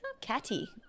Catty